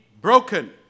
broken